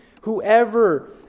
Whoever